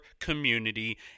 community